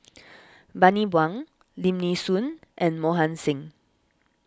Bani Buang Lim Nee Soon and Mohan Singh